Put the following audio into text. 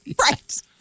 right